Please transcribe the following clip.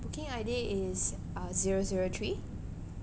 booking I_D is uh zero zero three